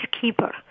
keeper